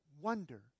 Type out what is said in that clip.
wonder